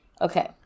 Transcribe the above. Okay